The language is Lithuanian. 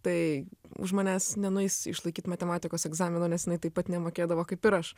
tai už manęs nenueis išlaikyt matematikos egzamino nes jinai taip pat nemokėdavo kaip ir aš